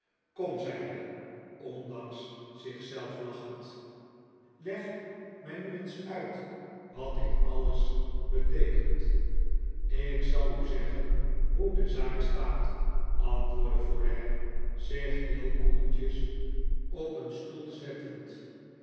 kom zei hij ondanks zich zelf lachend leg mij nu eens uit wat dit alles beteekent ik zal u zeggen hoe de zaak staat antwoordde folair zich heel koeltjes op een stoel zettend